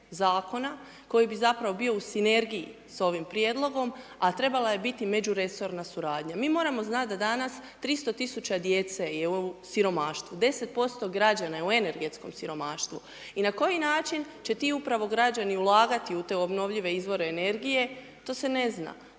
Zakona koji bi zapravo bio u sinergiji s ovim Prijedlogom, a trebala je biti međuresorna suradnja. Mi moramo znati da danas 300 000 djece je u siromaštvu, 10% građana je u energetskom siromaštvu i na koji način će ti upravo građani ulagati u te obnovljive izvore energije, to se ne zna.